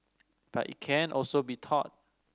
but it can also be taught